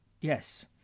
Yes